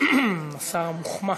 השר המוחמא.